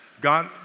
God